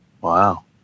Wow